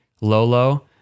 Lolo